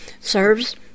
serves